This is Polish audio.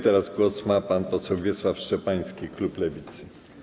Teraz głos ma pan poseł Wiesław Szczepański, klub Lewicy.